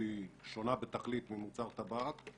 שהיא שונה בתכלית ממוצר טבק.